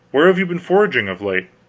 where have you been foraging of late?